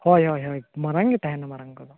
ᱦᱳᱭ ᱦᱳᱭ ᱢᱟᱨᱟᱝ ᱜᱮ ᱛᱟᱦᱮᱱᱟ ᱢᱟᱨᱟᱝ ᱫᱚ